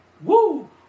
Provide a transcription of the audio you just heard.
woo